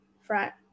front